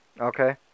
Okay